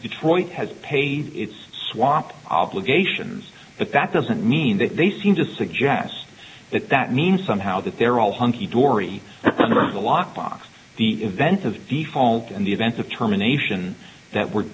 detroit has paid its swap obligations but that doesn't mean that they seem to suggest that that means somehow that they're all hunky dory the lockbox the events of default and the events of terminations that we're